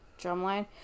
Drumline